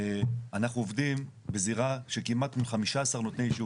אנחנו עובדים בזירה של כמעט מול 15 נותני אישור.